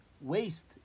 waste